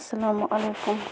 اَسلامُ علیکُم